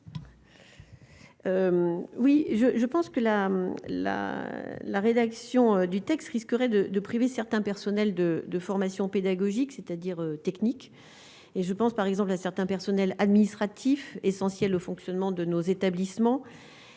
je, je pense que la la la rédaction du texte risquerait de priver certains personnels de de formation pédagogique, c'est-à-dire technique et je pense par exemple à certains personnels administratifs essentiels au fonctionnement de nos établissements,